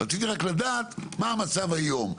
רציתי רק לדעת מה המצב היום,